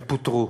פוטרו.